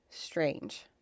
strange